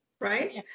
right